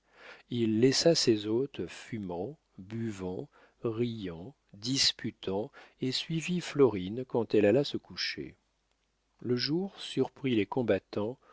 il laissa ses hôtes fumant buvant riant disputant et suivit florine quand elle alla se coucher le jour surprit les combattants